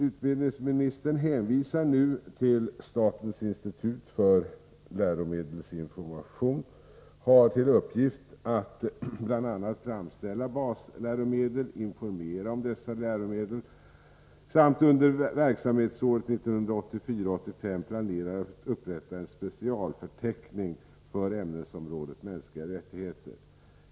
Utbildningsministern hänvisar nu till att statens institut för läromedelsinformation har till uppgift att bl.a. framställa basläromedel och informera om dessa läromedel samt till att institutet under verksamhetsåret 1984/85 planerar att upprätta en specialförteckning för ämnesområdet mänskliga rättigheter.